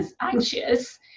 anxious